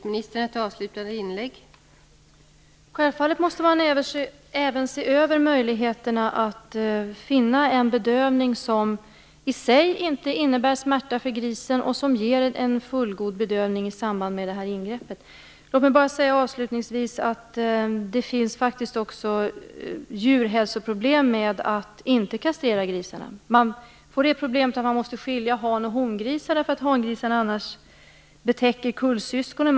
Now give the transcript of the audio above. Fru talman! Självfallet måste man även se över möjligheterna att finna en bedövning som i sig inte innebär smärta för grisen och som ger en fullgod bedövning i samband med det här ingreppet. Låt mig avslutningsvis bara säga att det faktiskt också uppstår djurhälsoproblem om man inte kastrerar grisarna. Man får problemet att man måste skilja han och hongrisar, därför att hangrisarna annars betäcker kullsyskonen.